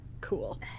Cool